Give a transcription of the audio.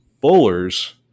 bowlers